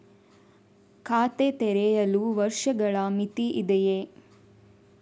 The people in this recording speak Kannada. ಖಾತೆ ತೆರೆಯಲು ವರ್ಷಗಳ ಮಿತಿ ಇದೆಯೇ?